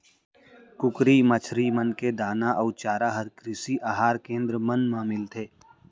कुकरी, मछरी मन के दाना अउ चारा हर कृषि अहार केन्द्र मन मा मिलथे